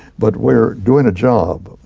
but we're doing a job,